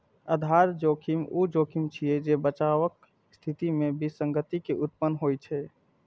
आधार जोखिम ऊ जोखिम छियै, जे बचावक स्थिति मे विसंगति के उत्पन्न होइ छै